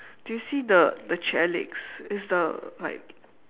do you see the the chair legs is the like